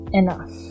enough